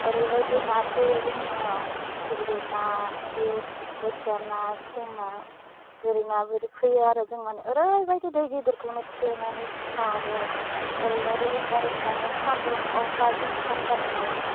ओरैबायदि ना फैयो जोंनियाव फिथिख्रि ना बे बोथिया ना सेंना गोरि ना बिदि फैयो आरो जों माने ओरैबायदि दै गिदिरखौनो थेनानै सारो ओरैबादि इन्टारेस्ट नाङो सान्दुं अखाजों फाथ्था मोना माने